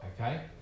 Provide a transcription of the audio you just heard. Okay